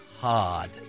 hard